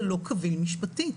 זה לא קביל משפטית.